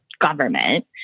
government